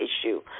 issue